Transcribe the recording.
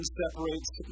separates